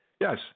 Yes